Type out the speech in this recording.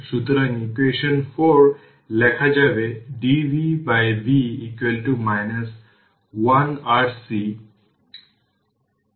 সুতরাং ইকুয়েশন 4 লেখা যাবে dvv 1RC dt